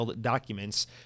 documents